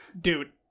Dude